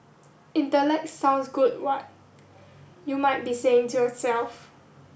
intellect sounds good what you might be saying to yourself